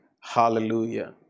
Hallelujah